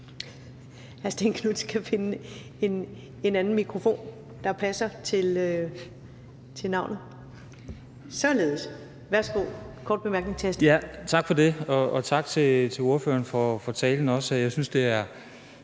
Tak for det, og også tak til ordføreren for talen. Jeg synes, det er